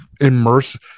immerse